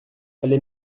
allez